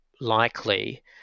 likely